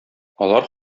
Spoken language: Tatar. алар